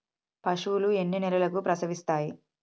పశువులు ఎన్ని నెలలకు ప్రసవిస్తాయి?